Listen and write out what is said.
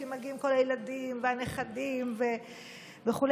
כי מגיעים כל הילדים והנכדים וכו'.